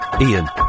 Ian